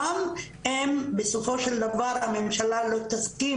גם אם בסופו של דבר הממשלה לא תסכים